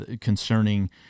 concerning